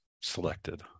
selected